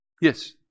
Yes